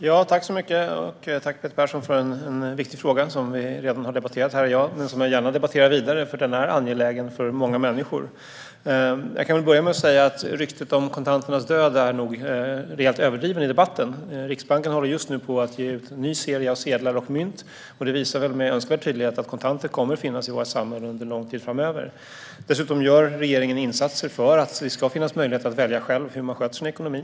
Fru talman! Tack, Peter Persson, för en viktig fråga! Vi har redan debatterat den här i dag, men jag debatterar gärna vidare, då den är angelägen för många människor. Jag kan börja med att säga att ryktet om kontanternas död är rejält överdrivet i debatten. Riksbanken håller just nu på att ge ut en ny serie sedlar och mynt, och detta visar med önskvärd tydlighet att kontanter kommer att finnas i våra samhällen under lång tid framöver. Regeringen gör dessutom insatser för att det ska finnas möjlighet att själv välja hur man sköter sin ekonomi.